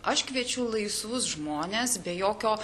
aš kviečiu laisvus žmones be jokio